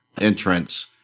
entrance